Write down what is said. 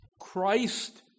Christ